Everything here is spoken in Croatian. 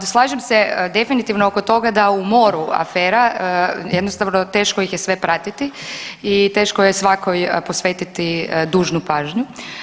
Da, slažem se definitivno oko toga da u moru afera jednostavno teško ih je sve pratiti i teško je svakoj posvetiti dužnu pažnju.